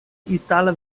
itala